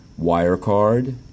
Wirecard